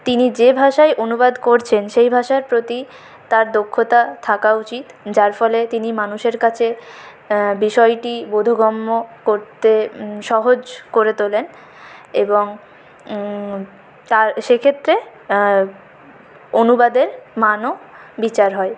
তিনি যে ভাষায় অনুবাদ করছেন সেই ভাষার প্রতি তার দক্ষতা থাকা উচিত যার ফলে তিনি মানুষের কাছে বিষয়টি বোধগম্য করতে সহজ করে তোলেন এবং তার সে ক্ষেত্রে অনুবাদের মানও বিচার হয়